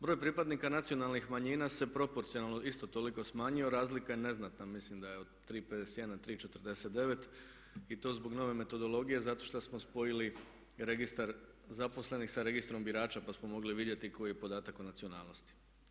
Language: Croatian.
Broj pripadnika nacionalnih manjina se proporcionalno isto toliko smanjio, razlika je neznatna, mislim da je od 3,51 na 3,49 i to zbog nove metodologije zato što smo spojili registar zaposlenih sa registrom birača pa smo mogli vidjeti koji je podatak o nacionalnosti.